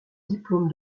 diplôme